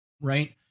right